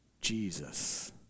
Jesus